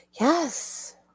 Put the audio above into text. Yes